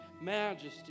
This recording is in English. majesty